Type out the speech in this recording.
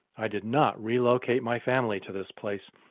i did not relocate my family to this place,